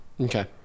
Okay